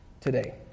today